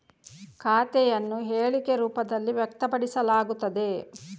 ಖಾತೆಯನ್ನು ಹೇಳಿಕೆ ರೂಪದಲ್ಲಿ ವ್ಯಕ್ತಪಡಿಸಲಾಗುತ್ತದೆ